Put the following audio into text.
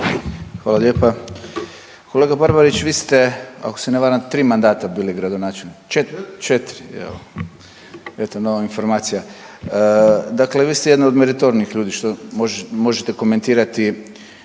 Hvala lijepa. Kolega Barbarić vi ste ako se ne varam 3 mandata bili gradonačelnik, 4 jel, evo nova informacija. Dakle, vi ste jedan od meritornijih ljudi što možete komentirati